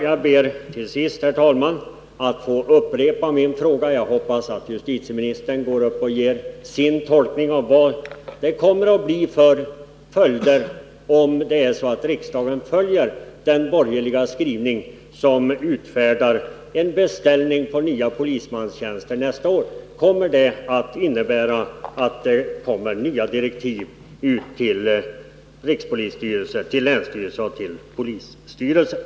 Jag ber till sist, herr talman, att få upprepa min fråga, och jag hoppas att justitieministern ger sin tolkning av vad det kommer att bli för följder om riksdagen följer den borgerliga skrivning som utfärdar en beställning på nya polismanstjänster nästa år. Kommer det att innebära nya direktiv ut till rikspolisstyrelsen, till länsstyrelser och till polisstyrelser?